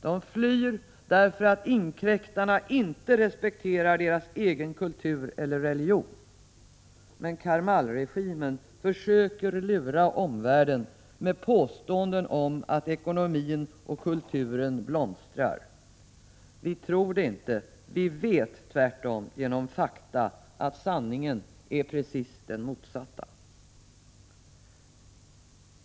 De flyr därför att inkräktarna inte respekterar deras egen kultur eller religion. Men Karmalregimen försöker lura omvärlden med påståenden om att ekonomin och kulturen blomstrar! Vi tror det inte. Vi vet tvärtom att sanningen är precis den motsatta.